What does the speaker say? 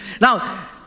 Now